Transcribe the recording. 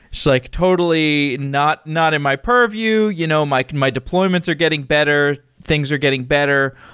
it's like totally not not in my purview. you know my my deployments are getting better. things are getting better,